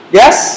yes